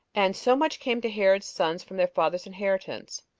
and so much came to herod's sons from their father's inheritance.